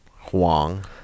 huang